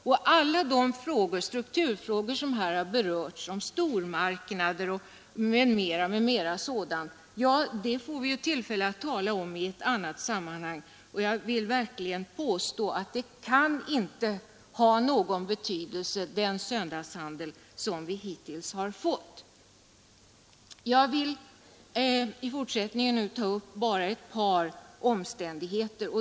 Och alla de strukturfrågor som här har berörts — stormarknader m.m. — får vi ju tillfälle att tala om i ett annat sammanhang. Jag vill verkligen påstå att den söndagshandel som vi hittills haft kan inte ha någon betydelse härvidlag. I fortsättningen skall jag bara gå in på ett par omständigheter.